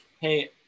hey